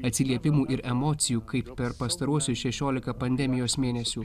atsiliepimų ir emocijų kaip per pastaruosius šešiolika pandemijos mėnesių